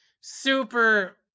super